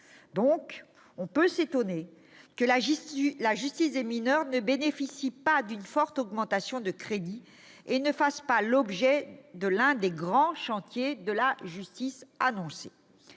» Aussi peut-on s'étonner que la justice des mineurs ne bénéficie pas d'une forte augmentation de crédits et ne fasse pas l'objet de l'un des grands chantiers de la justice annoncés.